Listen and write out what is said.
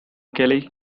kelly